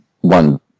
one